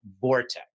vortex